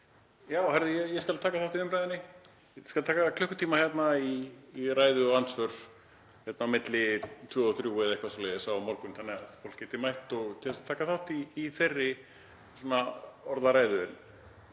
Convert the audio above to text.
Já, heyrðu, ég skal taka þátt í umræðunni. Ég skal taka klukkutíma hérna í ræðu og andsvör milli tvö og þrjú eða eitthvað svoleiðis á morgun, þannig að fólk geti mætt og til þess að taka þátt í þeirri orðræðu.